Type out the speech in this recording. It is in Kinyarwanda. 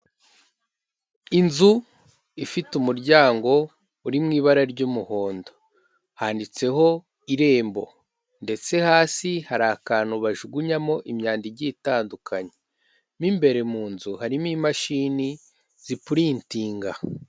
Inzu ifite umuryango uri mu ibara ry'umuhondo, handitseho Irembo ndetse hasi hari akantu bajugunyamo imyanda igiye itandukanye, mo imbere mu nzu harimo imashini zipurintinga.